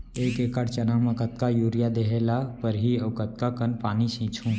एक एकड़ चना म कतका यूरिया देहे ल परहि अऊ कतका कन पानी छींचहुं?